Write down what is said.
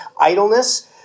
Idleness